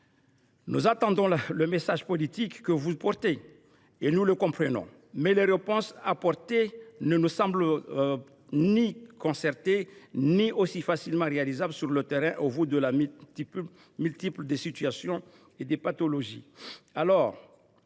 Nous entendons le message politique que vous portez, et nous le comprenons. Mais les réponses apportées ne nous semblent ni concertées ni facilement réalisables sur le terrain, au vu de la multitude des situations et des pathologies.